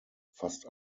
fast